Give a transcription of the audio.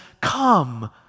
come